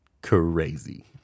Crazy